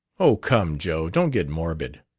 oh, come, joe don't get morbid.